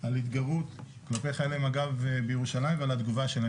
על התגרות כלפי חיילי מג"ב בירושלים ועל התגובה שלהם.